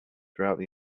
throughout